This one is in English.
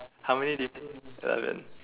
how many do you eleven